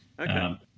okay